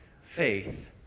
faith